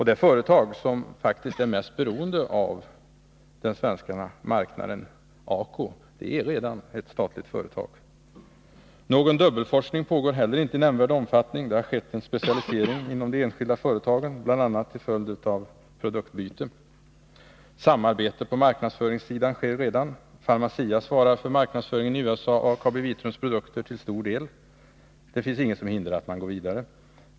Det företag som faktiskt är mest beroende av den svenska marknaden, ACO, är redan ett statligt företag. Någon dubbelforskning pågår heller inte i nämnvärd omfattning. Det har skett en specialisering inom de enskilda företagen, bl.a. till följd av produktbyte. Samarbete på marknadsföringssidan sker redan. Pharmacia svarar till stor del för marknadsföringen i USA av KabiVitrums produkter. Det finns ingenting som hindrar att man går vidare.